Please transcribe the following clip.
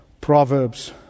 Proverbs